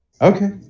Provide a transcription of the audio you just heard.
okay